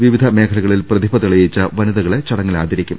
വിവിധ മേഖലകളിൽ പ്രതിഭ തെളിയിച്ച വനിതകളെ ചടങ്ങിൽ ആദരിക്കും